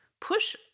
push